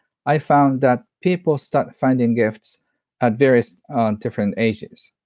i found that people start finding gifts are various ah different ages,